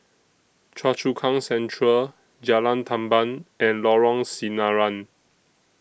Choa Chu Kang Central Jalan Tamban and Lorong Sinaran